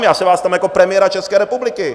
Já se vás ptám jako premiéra České republiky.